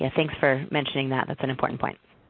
yeah thanks for mentioning that, that's an important point.